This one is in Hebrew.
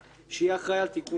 שיהיה אחראי על תיקון הפגם.